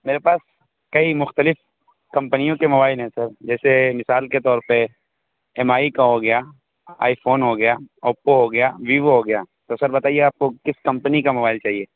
میرے پاس کئی مختلف کمپنیوں کے موبائل ہیں سر جیسے مثال کے طور پہ ایم آئی کا ہو گیا آئی فون ہو گیا اوپو ہو گیا ویوو ہو گیا تو سر بتائیے آپ کو کس کمپنی کا موبائل چاہیے